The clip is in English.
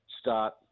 start